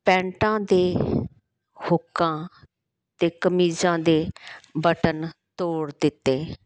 ਪੈਂਟਾਂ ਦੇ ਹੁੱਕਾਂ ਅਤੇ ਕਮੀਜ਼ਾਂ ਦੇ ਬਟਨ ਤੋੜ ਦਿੱਤੇ